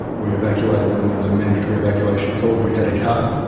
we evacuated when there was a mandatory evacuation call. we had a car,